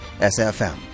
SFM